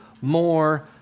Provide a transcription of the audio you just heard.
more